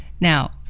Now